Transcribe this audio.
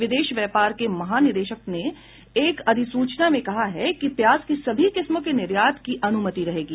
विदेश व्यापार के महानिदेशक ने एक अधिसूचना में कहा है कि प्याज की सभी किस्मों के निर्यात की अनुमति रहेगी